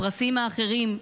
הפרסים האחרים,